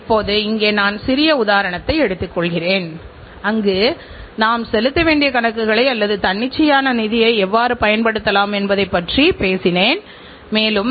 Honda இந்தியாவுக்கு வருவதற்கு முன்பு எந்த நிறுவனம் நமக்கு ஸ்கூட்டரை வழங்கியது என்பதை நீங்கள் புரிந்து கொள்ளலாம்